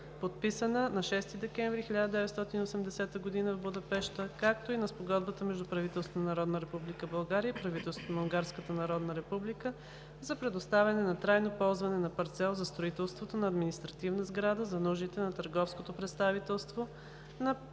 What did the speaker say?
подписана на 6 декември 1980 г. в Будапеща, както и на Спогодбата между правителството на Народна република България и правителството на Унгарската народна република за предоставяне за трайно ползване на парцел за строителството на административна сграда за нуждите на Търговското представителство при